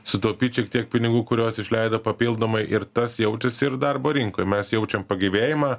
sutaupyt šiek tiek pinigų kuriuos išleido papildomai ir tas jaučiasi ir darbo rinkoj mes jaučiam pagyvėjimą